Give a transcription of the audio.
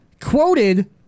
quoted